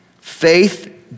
Faith